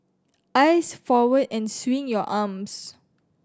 eyes forward and swing your arms